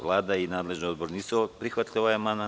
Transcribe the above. Vlada i nadležni odbor nisu prihvatili ovaj amandman.